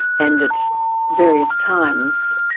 and at various times,